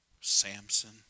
Samson